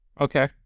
okay